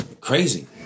crazy